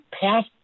passed